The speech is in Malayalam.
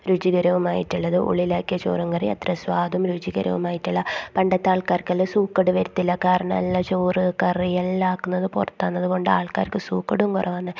രുചികരവുമായിട്ടുള്ളത് ഉള്ളിലാക്കിയ ചോറും കറിയും അത്ര സ്വാദും രുചികരവുമായിട്ടുള്ള പണ്ടത്തെ ആൾകാർക്കല്ലെ സൂക്കേട് വരത്തില്ല കാരണം എല്ലാ ചോറ് കറി എല്ലാ ആക്കുന്നത് പുറത്താന്ന് അത്കൊണ്ട് ആൾക്കാർക്ക് സൂക്കേടും കുറവാന്ന്